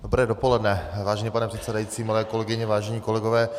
Dobré dopoledne, vážený pane předsedající, milé kolegyně, vážení kolegové.